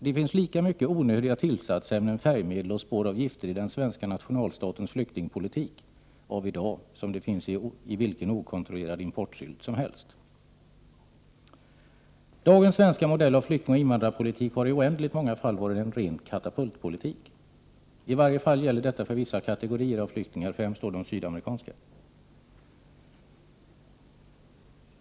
Det finns lika mycket onödiga tillsatsämnen, färgmedel och spår av gifter i den svenska nationalstatens flyktingpolitik av i dag, som det finns i vilken okontrollerad importsylt som helst. Dagens svenska modell av flyktingoch invandrarpolitik har i oändligt många fall varit en ren katapultpolitik. I varje fall gäller detta för vissa kategorier av flyktingar — främst då de sydamerikanska!